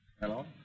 Hello